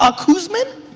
ah koosman?